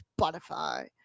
Spotify